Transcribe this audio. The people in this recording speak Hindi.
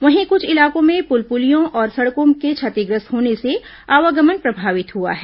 वहीं कुछ इलाकों में पुल पुलियों और सड़कों के क्षतिग्रस्त होने से आवागमन प्रभावित हुआ है